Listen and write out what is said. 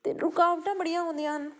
ਅਤੇ ਰੁਕਾਵਟਾਂ ਬੜੀਆਂ ਆਉਂਦੀਆਂ ਹਨ